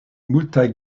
multaj